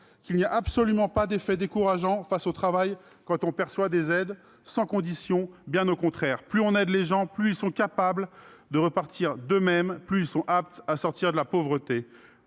qu'il n'y a absolument pas d'effet décourageant face au travail quand on perçoit des aides sans condition. Bien au contraire, plus on aide les gens, plus ils sont capables de repartir d'eux-mêmes, plus ils sont aptes à sortir de la pauvreté.